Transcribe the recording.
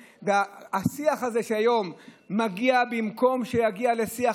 השיח הזה של היום מגיע במקום שיגיע שיח